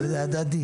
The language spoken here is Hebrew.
אבל זה הדדי.